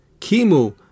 Kimu